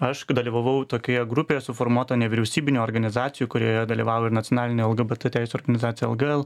aš dalyvavau tokioje grupėje suformuota nevyriausybinių organizacijų kurioje dalyvavo ir nacionalinė lgbt teisių organizacija lgl